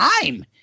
time